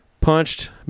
punched